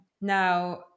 Now